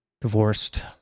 divorced